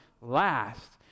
last